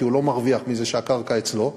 כי הוא לא מרוויח מזה שהקרקע אצלו.